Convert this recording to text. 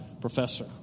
professor